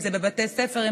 אם זה בבתי ספר,